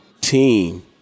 team